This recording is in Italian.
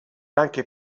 anche